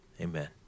Amen